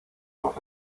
los